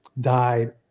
died